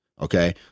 Okay